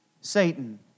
Satan